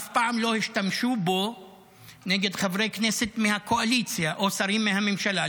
אף פעם לא השתמשו בו נגד חברי כנסת מהקואליציה או שרים מהממשלה.